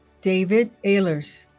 david ehlers